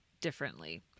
differently